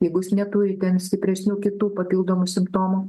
jeigu jis neturi ten stipresnių kitų papildomų simptomų